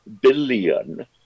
billion